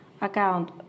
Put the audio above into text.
account